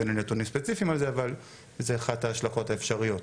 אין לי נתונים ספציפיים על זה אבל זו אחת ההשלכות האפשריות,